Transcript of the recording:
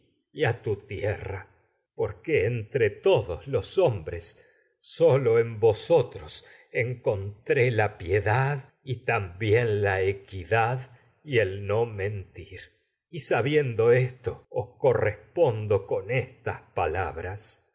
a tu por que la entre todos los y hombres la sólo vosotros no encontré piedad también os equidad con y el mentir y sa biendo esto correspondo por estas palabras